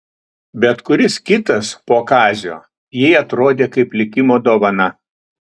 bet kuris kitas po kazio jai atrodė kaip likimo dovana